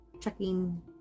checking